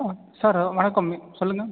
ஆ sir வணக்கம் சொல்லுங்கள்